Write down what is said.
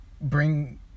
bring